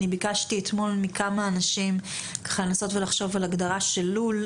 ביקשתי אתמול מכמה אנשים לנסות ולחשוב על הגדרה של לול,